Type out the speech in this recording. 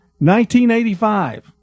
1985